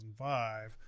2005